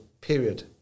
period